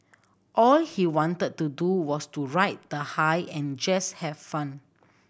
all he wanted to do was to ride the high and just have fun